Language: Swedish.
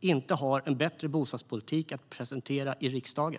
inte har en bättre bostadspolitik att presentera i riksdagen.